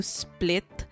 split